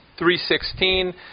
3.16